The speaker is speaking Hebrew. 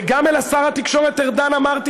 וגם אל שר התקשורת הלכתי,